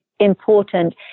important